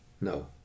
No